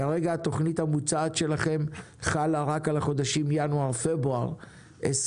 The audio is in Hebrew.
כרגע התכנית המוצעת שלכם חלה רק על החודשים ינואר-פברואר 22,